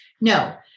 No